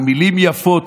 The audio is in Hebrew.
עם מילים יפות,